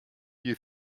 you